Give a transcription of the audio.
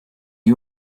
you